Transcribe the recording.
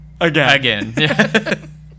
Again